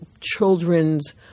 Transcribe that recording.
children's